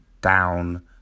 down